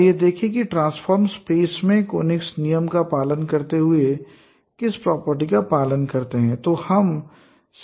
आइए देखें कि ट्रांसफ़ॉर्म स्पेस में कोनिक्स नियम का पालन करते हुए वे किस प्रॉपर्टी का पालन करते हैं